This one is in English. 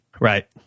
Right